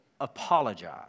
apologize